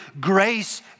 grace